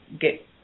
get